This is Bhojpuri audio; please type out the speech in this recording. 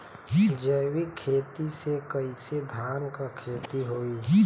जैविक खेती से कईसे धान क खेती होई?